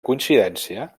coincidència